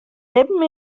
libben